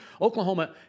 Oklahoma